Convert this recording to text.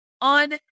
on